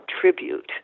tribute